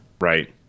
Right